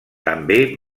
també